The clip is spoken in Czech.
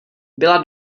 byla